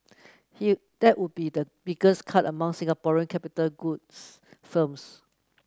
he that would be the biggest cut among Singaporean capital goods firms